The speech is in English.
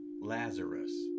Lazarus